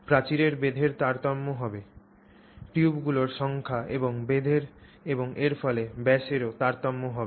প্রাচীরের বেধের তারতম্য হবে টিউবগুলির সংখ্যা এবং বেধ এবং এর ফলে ব্যাস এরও তারতম্য হবে